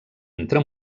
entre